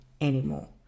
anymore